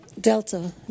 Delta